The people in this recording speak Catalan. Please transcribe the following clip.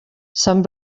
sant